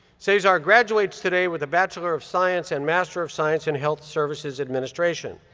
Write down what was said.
cesar graduates today with a bachelor of science and master of science in health services administration.